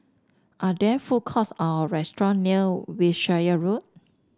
are there food courts or restaurant near Wiltshire Road